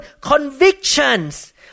convictions